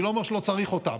אני לא אומר שלא צריך אותם,